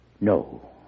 No